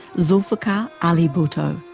zulfikar ali bhutto.